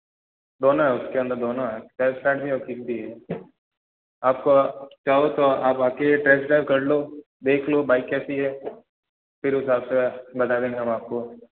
दोनों है उसके अंदर दोनों हैं सेल्फ़ स्टार्ट भी है और किक भी है आपको चाहो तो आप आके टेस्ट ड्राइव कर लो देख लो बाइक कैसी है फिर उस हिसाब से बता देंगे हम आपको